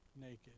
naked